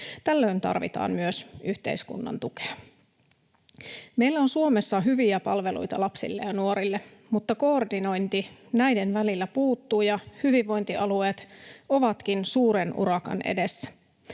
Tällöin tarvitaan myös yhteiskunnan tukea. Meillä on Suomessa hyviä palveluita lapsille ja nuorille, mutta koordinointi näiden välillä puuttuu, ja hyvinvointialueet ovatkin suuren urakan edessä.